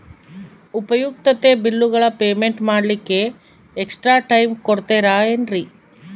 ಉಪಯುಕ್ತತೆ ಬಿಲ್ಲುಗಳ ಪೇಮೆಂಟ್ ಮಾಡ್ಲಿಕ್ಕೆ ಎಕ್ಸ್ಟ್ರಾ ಟೈಮ್ ಕೊಡ್ತೇರಾ ಏನ್ರಿ?